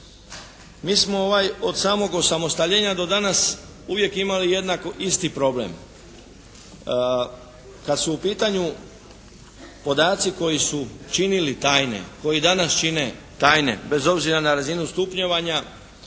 Mi smo od samog osamostaljenja do danas uvijek imali jednako isti problem. Kad su u pitanju podaci koji su činili tajne, koji danas čine tajne bez obzira na razinu stupnjevanja